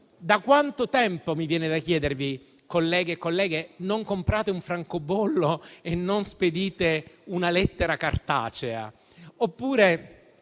Da quanto tempo - mi viene da chiedervi, colleghi e colleghe - non comprate un francobollo e non spedite una lettera cartacea? Oppure,